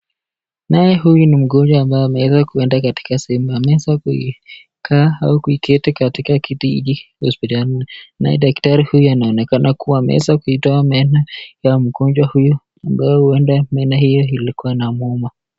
Naye huyu ni mgonjwa ambaye ameweza kuenda katika sehemu ameweza kuikaa au kuiketi katika kiti hiki hospitalini naye daktari huyu anaonekana kuwa ameweza kuitoa meno ya mgonjwa huyu ambaye huenda meno hiyo ilikuwa inamuuma.